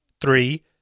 three